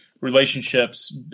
relationships